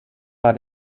war